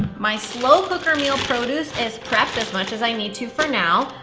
my slow cooker meal produce is prepped as much as i need to for now.